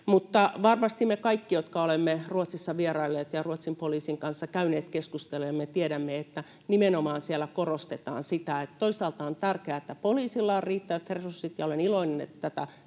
Mutta varmasti me kaikki, jotka olemme Ruotsissa vierailleet ja Ruotsin poliisin kanssa käyneet keskusteluja, tiedämme, että nimenomaan siellä korostetaan sitä, että toisaalta on tärkeätä, että poliisilla on riittävät resurssit — ja olen iloinen, että